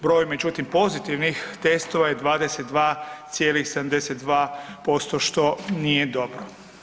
Broj međutim pozitivnih testova je 22,72% što nije dobro.